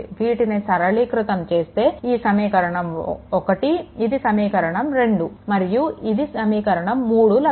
వీటిని సరళీకృతం చేస్తే ఈ సమీకరణం 1 ఇది సమీకరణం 2 మరియు ఇది సమీకరణం 3 లభిస్తాయి